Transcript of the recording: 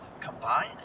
combine